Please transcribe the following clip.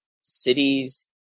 cities